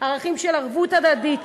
ערכים של ערבות הדדית.